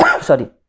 sorry